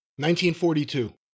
1942